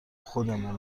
خودمون